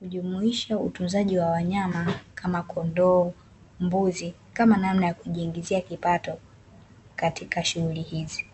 hujumuisha utunzaji wa wanyama kama kondoo, mbuzi kama namna ya kujiingizia kipato, katika shughuli hizi.